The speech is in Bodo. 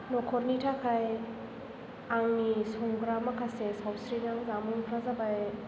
न'खरनि थाखाय आंनि संग्रा माखासे सावस्रिनां जामुंफोरा जाबाय